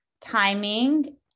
timing